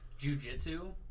jujitsu